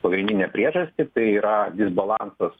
pagrindinę priežastį tai yra disbalansas